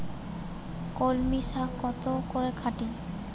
কলমি শাখ কত করে আঁটি?